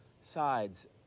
sides